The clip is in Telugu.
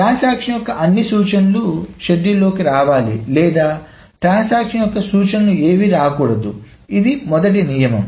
ట్రాన్సాక్షన్ యొక్క అన్ని సూచనలు షెడ్యూల్ లోకి రావాలి లేదా ట్రాన్సాక్షన్ యొక్క సూచనలు ఏవి రాకూడదుఇది మొదటి నియమం